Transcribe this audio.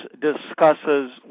discusses